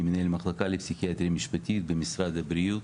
אני מנהל מחלקה לפסיכיאטריה משפטית במשרד הבריאות,